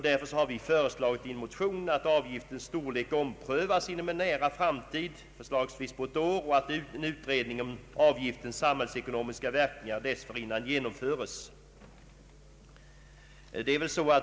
Därför har vi i en motion föreslagit att avgiftens storlek omprövas inom en nära framtid, förslagsvis om ett år, och att en utredning om avgiftens samhällsekonomiska verkningar dessförinnan genomföres.